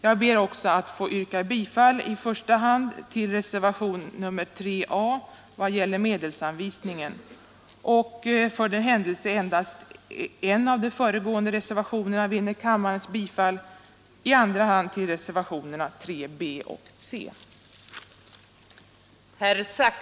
Jag ber också att få yrka bifall i första hand till reservationen 3 a vad det gäller medelsanvisningen och för den händelse endast en av de föregående reservationerna vinner kammarens bifall i andra hand till reservationerna 3 b och 3 c.